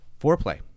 Foreplay